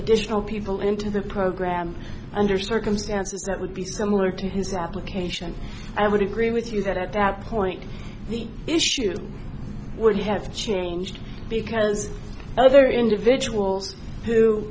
additional people into the program under circumstances that would be similar to his application i would agree with you that at that point the issue would have changed because other individuals